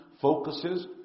Focuses